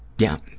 yeah,